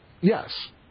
Yes